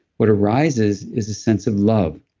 what arises is a sense of love,